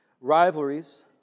Rivalries